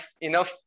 enough